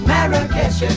Marrakesh